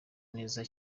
neza